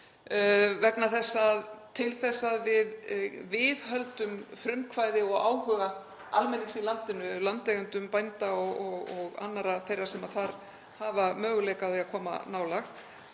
til að viðhalda frumkvæði og áhuga almennings í landinu, landeigenda, bænda og annarra sem þar hafa möguleika á að koma nálægt,